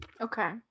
okay